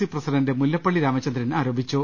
C president Mullappally Ramachandran ആരോപിച്ചു